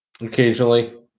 occasionally